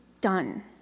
done